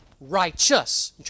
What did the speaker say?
righteous